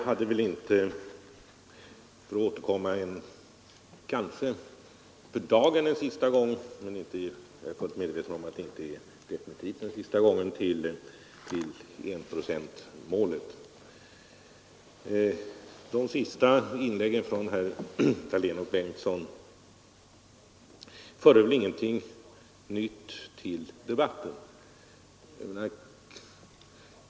Herr talman! Jag återkommer för dagen en sista gång — men jag är fullt medveten om att det inte är definitivt sista gången — till enprocentsmålet. De senaste inläggen från herrar Dahlén och Torsten Bengtson förde väl ingenting nytt till debatten.